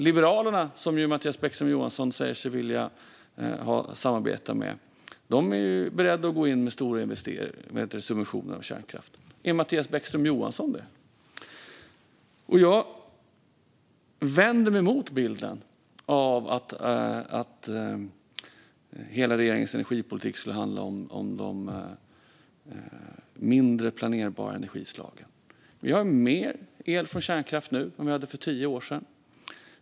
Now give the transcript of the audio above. Liberalerna, som ju Mattias Bäckström Johansson säger sig vilja ha samarbete med, är beredda att gå in med stora subventioner av kärnkraft. Är Mattias Bäckström Johansson det? Jag vänder mig mot bilden av att hela regeringens energipolitik skulle handla om de mindre planerbara energislagen. Vi har mer el från kärnkraft nu än vad vi hade för tio år sedan.